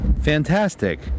Fantastic